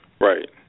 Right